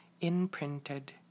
imprinted